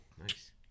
Nice